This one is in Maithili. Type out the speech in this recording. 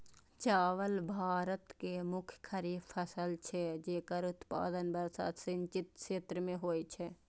चावल भारत के मुख्य खरीफ फसल छियै, जेकर उत्पादन वर्षा सिंचित क्षेत्र मे होइ छै